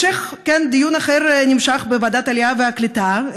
דיון אחר נמשך בוועדת העלייה והקליטה,